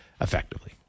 effectively